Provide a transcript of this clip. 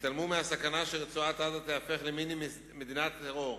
והתעלמו מהסכנה שרצועת-עזה תיהפך למיני מדינת טרור.